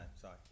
sorry